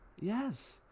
Yes